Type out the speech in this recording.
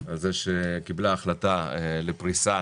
על זה שהיא קיבלה החלטה לפריסה